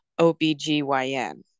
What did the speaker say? OBGYN